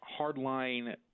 hardline